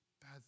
Bad